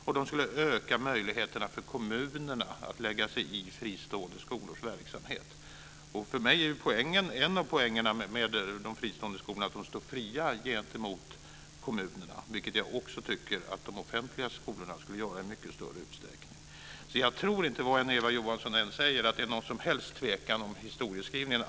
Förslagen skulle öka möjligheterna för kommunerna att lägga sig i fristående skolors verksamhet. För mig är en av poängerna med de fristående skolorna att de står fria gentemot kommunerna, vilket jag också tycker att de offentliga skolorna skulle göra i mycket större utsträckning. Jag tror inte, vad än Eva Johansson säger, att det är någon som helst tvekan om historieskrivningen.